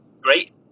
great